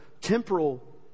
temporal